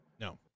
No